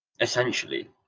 essentially